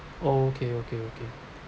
okay okay okay